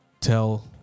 tell